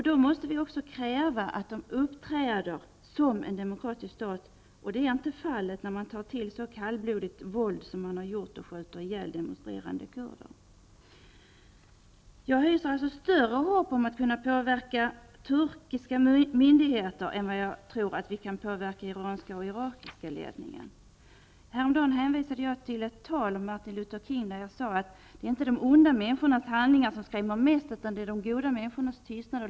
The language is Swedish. Därför måste vi kräva att Turkiet uppträder som en demokratisk stat. Det är inte fallet då man tillgriper kallblodigt våld och skjuter ihjäl demonstrerande kurder. Jag hyser således större hopp om att vi skall kunna påverka turkiska myndigheter än iranska och irakiska. Häromdagen hänvisade jag till ett tal av Martin Luther King. Jag sade att det inte är de onda människornas handlingar som skrämmer mest utan de goda människornas tystnad.